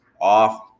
off